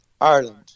Ireland